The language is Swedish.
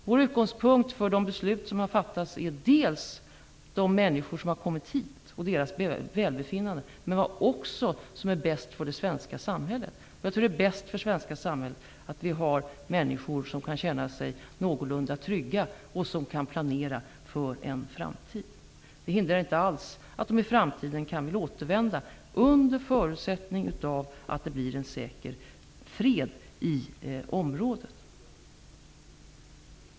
Vår utgångspunkt för de beslut som har fattats är de människor som har kommit hit och deras välbefinnande, men också vad som är bäst för det svenska samhället. Jag tror att det är bäst för det svenska samhället att vi har människor som kan känna sig någorlunda trygga och som kan planera för en framtid. Det hindrar inte alls att de i framtiden kan vilja återvända, under förutsättning av att det blir en säker fred i området.